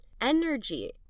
energy